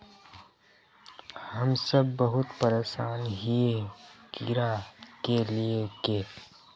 हम सब बहुत परेशान हिये कीड़ा के ले के?